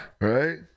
right